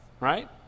right